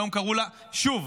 והיום קראו לה שוב.